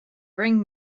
bring